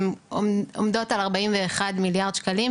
עומדות על ארבעים ואחד מיליארד שקלים,